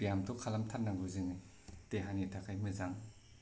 ब्याम थ' खालामथारनांगौ जोङो देहानि थाखाय मोजां